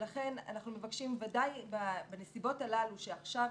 לכן אנחנו מבקשים, ודאי בנסיבות הללו שעכשיו